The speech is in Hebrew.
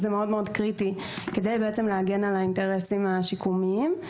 זה דבר מאוד מאוד קריטי כדי להגן על האינטרסים השיקומיים.